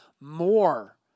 more